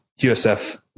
USF –